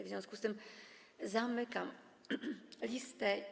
W związku z tym zamykam listę.